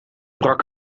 brak